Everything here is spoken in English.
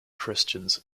christians